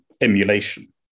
emulation